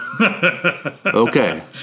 Okay